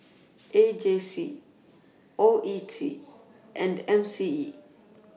A J C O E T and M C E